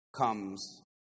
comes